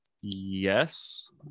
Yes